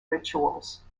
rituals